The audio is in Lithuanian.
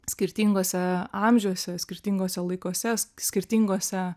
skirtinguose amžiuose skirtinguose laikuose skirtingose